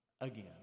again